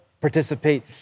participate